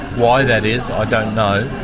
why that is i don't know.